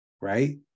Right